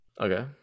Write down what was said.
okay